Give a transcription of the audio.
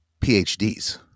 PhDs